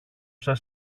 σαν